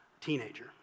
teenager